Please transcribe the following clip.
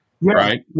right